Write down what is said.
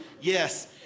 Yes